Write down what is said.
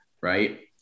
Right